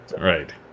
Right